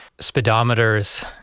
speedometers